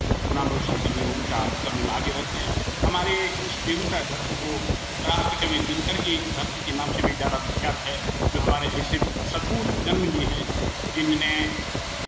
नाम रौशन करने में ऊंचा करने में आगे रहते हैं हमारे इस बेगुसराय धरती को राष्टकवि दिनकर की धरती के नाम से भी ज़्यादा विख्यात है जो हमारे ऐसे सपूत जन्म लिये हैं जिनने